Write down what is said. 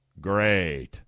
Great